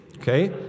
Okay